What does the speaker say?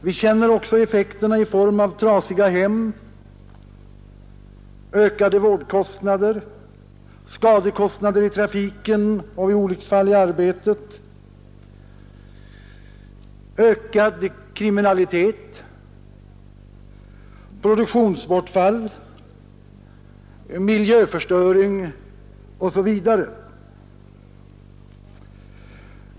Vi känner också effekterna i form av trasiga hem, ökade vårdkostnader, skadekostnader i trafiken och olycksfall i arbetet, ökad kriminalitet, produktionsbortfall, miljöförstöring osv.